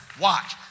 watch